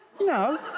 No